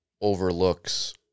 overlooks